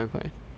ya